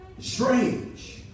strange